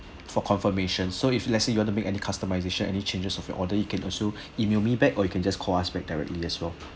for confirmation so if let's say you want to make any customisation any changes of your order you can also email me back or you can just call us back directly as well